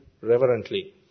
reverently